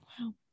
Wow